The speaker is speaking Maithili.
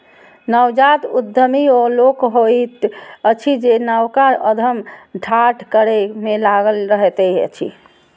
नवजात उद्यमी ओ लोक होइत अछि जे नवका उद्यम ठाढ़ करै मे लागल रहैत अछि